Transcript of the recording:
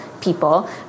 people